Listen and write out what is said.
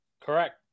Correct